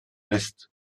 west